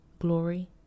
glory